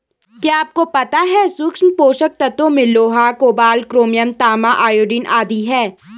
क्या आपको पता है सूक्ष्म पोषक तत्वों में लोहा, कोबाल्ट, क्रोमियम, तांबा, आयोडीन आदि है?